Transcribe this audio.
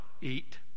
eat